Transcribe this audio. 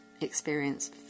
experience